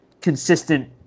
consistent